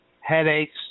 headaches